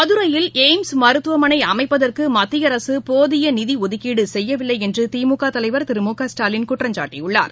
மதுரையில் ளய்ம்ஸ் மருத்துவமனைஅமைப்பதற்குமத்திய அரசுபோதியநிதிஒதுக்கீடுசெய்யவில்லைஎன்றுதிமுகதலைவர் திரு மு க ஸ்டாலின் குற்றம் சாட்டியுள்ளார்